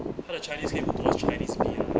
他的 chinese 可以 move towards chinese B ah